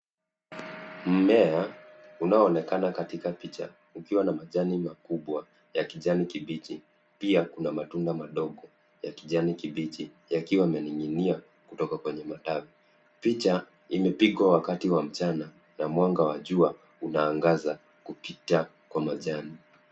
Mmea unaoonekana katika picha ukiwa na majani makubwa ya kijani kibichi, pia kuna matunda madogo ya kijani kibichi yakiwa yamening'inia kutoka kwenye matawi. Picha imepigwa wakati wa mchana na mwanga wa jua unaangaza kupita kwa majani.